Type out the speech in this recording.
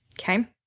Okay